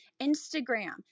Instagram